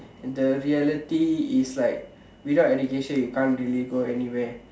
the reality is like without education you can't really go anywhere